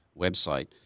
website